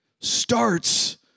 starts